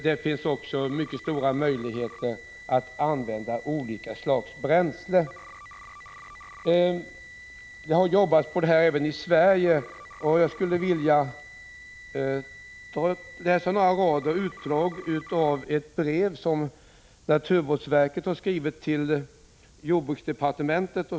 Det finns också mycket stora möjligheter att använda olika slags bränsle. Det här har arbetats på även i Sverige. Jag skulle vilja läsa upp ett utdrag av ett brev som naturvårdsverket har skrivit till jordbruksdepartementet.